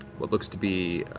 what looks to be